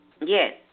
Yes